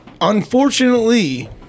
unfortunately